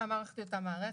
המערכת היא אותה מערכת.